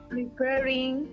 preparing